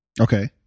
Okay